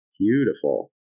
beautiful